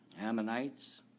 Ammonites